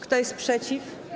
Kto jest przeciw?